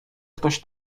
ktoś